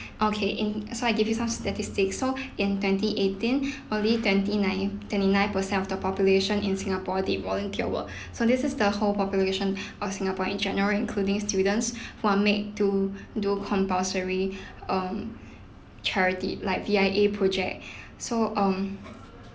okay in so I give you some statistics so in twenty-eighteen probably twenty-nine twenty-nine-per cent of the population in singapore the volunteer were so this is the whole population of singapore in general including students who are made to do compulsory um charity like V_I_A project so um